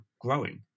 growing